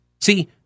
see